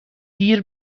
دیر